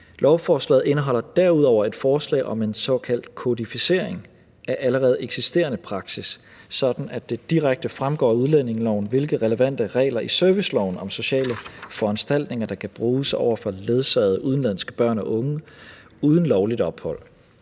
Lovforslaget indeholder derudover et forslag om en såkaldt kodificering af allerede eksisterende praksis, sådan at det direkte fremgår af udlændingeloven, hvilke relevante regler i serviceloven om sociale foranstaltninger der kan bruges over for ledsagede udenlandske børn og unge uden lovligt ophold.